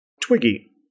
Twiggy